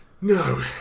No